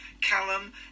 Callum